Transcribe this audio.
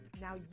Now